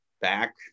back